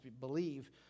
believe